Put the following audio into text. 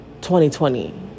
2020